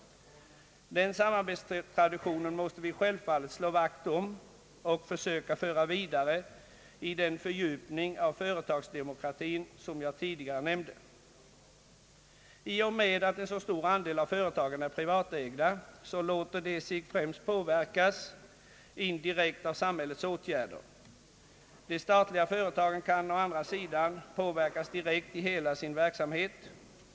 Den samarbetstraditionen måste vi självfallet slå vakt om och försöka föra vidare i den fördjupning av företagsdemokrati som jag tidigare nämnde. I och med att en så stor andel av företagen är privatägda låter de sig främst påverkas indirekt av samhällets åtgärder. De statliga företagen kan å andra sidan påverkas direkt i hela sin verksamhet.